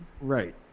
Right